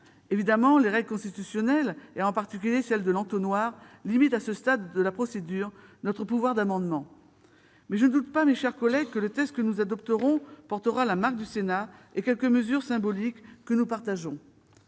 Évidemment, les règles constitutionnelles, en particulier celle de l'entonnoir, limitent à ce stade de la procédure notre pouvoir d'amendement. Mais je ne doute pas, mes chers collègues, que le texte que nous adopterons portera la marque du Sénat et comportera quelques mesures symboliques sur lesquelles